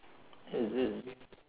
ya that's